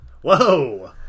Whoa